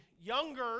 younger